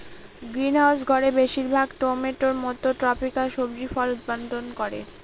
greenhouse ঘরে বেশির ভাগ টমেটোর মত ট্রপিকাল সবজি ফল উৎপাদন করে